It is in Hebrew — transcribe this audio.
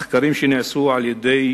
מחקרים שנעשו על-ידי